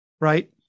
right